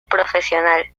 profesional